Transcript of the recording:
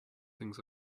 things